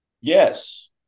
Yes